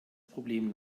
problem